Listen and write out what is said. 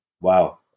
Wow